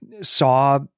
saw